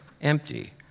empty